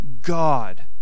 God